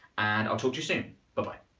and i'll talk to you soon. but but